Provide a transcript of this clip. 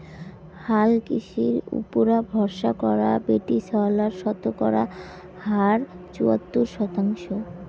হালকৃষির উপুরা ভরসা করা বেটিছাওয়ালার শতকরা হার চুয়াত্তর শতাংশ